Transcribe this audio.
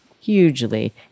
hugely